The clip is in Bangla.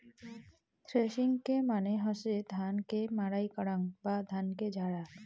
থ্রেশিংকে মানে হসে ধান কে মাড়াই করাং বা ধানকে ঝাড়া